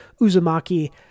Uzumaki